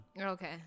Okay